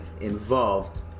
involved